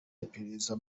iperereza